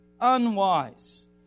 unwise